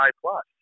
plus